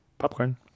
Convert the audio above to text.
Popcorn